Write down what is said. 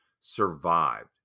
survived